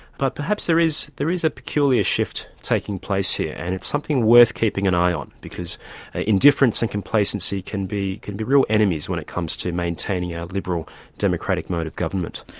but perhaps there is there is a peculiar shift taking place here and it's something worth keeping an eye on because indifference and complacency can be can be real enemies when it comes to maintaining our liberal democratic mode of government.